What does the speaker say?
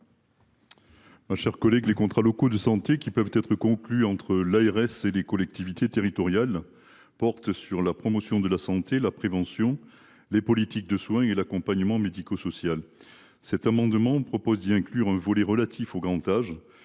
la commission ? Les contrats locaux de santé, qui peuvent être conclus entre l’ARS et les collectivités territoriales, portent sur la promotion de la santé, la prévention, les politiques de soins et l’accompagnement médico social. Par le biais de cet amendement, il est proposé d’y inclure un volet relatif au grand âge.